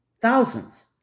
thousands